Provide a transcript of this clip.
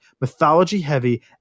mythology-heavy